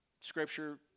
Scripture